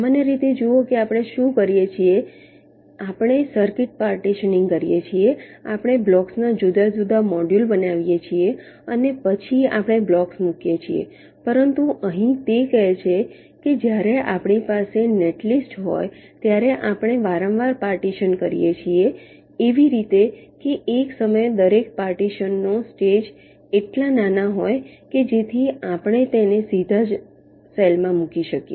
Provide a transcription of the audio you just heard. સામાન્ય રીતે જુઓ કે આપણે શું કરીએ છીએ આપણે સર્કિટ પાર્ટીશનીંગ કરીએ છીએ આપણે બ્લોક્સના જુદા જુદા મોડ્યુલ બનાવીએ છીએ અને પછી આપણે બ્લોક્સ મૂકીએ છીએ પરંતુ અહીં તે કહે છે કે જ્યારે આપણી પાસે નેટલિસ્ટ હોય ત્યારે આપણે વારંવાર પાર્ટીશન કરીએ છીએ એવી રીતે કે એક સમયે દરેક પાર્ટીશનો સ્ટેજ એટલા નાના છે કે જેથી આપણે તેને સીધા જ કોષમાં મૂકી શકીએ